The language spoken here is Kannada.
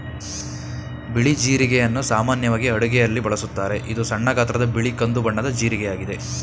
ಬಿಳಿ ಜೀರಿಗೆಯನ್ನು ಸಾಮಾನ್ಯವಾಗಿ ಅಡುಗೆಯಲ್ಲಿ ಬಳಸುತ್ತಾರೆ, ಇದು ಸಣ್ಣ ಗಾತ್ರದ ಬಿಳಿ ಕಂದು ಬಣ್ಣದ ಜೀರಿಗೆಯಾಗಿದೆ